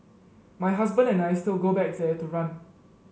my husband and I still go back there to run